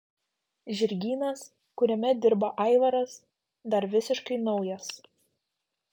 žirgynas kuriame dirba aivaras dar visiškai naujas